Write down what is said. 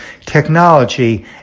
technology